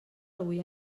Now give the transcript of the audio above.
avui